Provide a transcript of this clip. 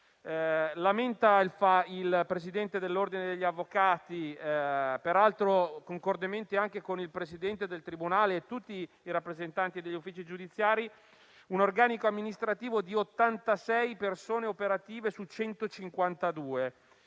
magistrati. Il presidente dell'ordine degli avvocati lamenta - peraltro concordemente anche con il presidente del tribunale e tutti i rappresentanti degli uffici giudiziari - un organico amministrativo di 86 persone operative su 152.